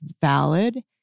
valid